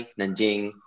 Nanjing